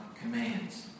commands